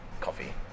coffee